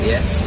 Yes